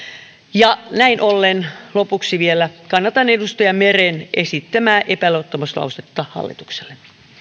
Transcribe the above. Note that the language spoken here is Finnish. näin ollen lopuksi vielä kannatan edustaja meren esittämää epäluottamuslausetta hallitukselle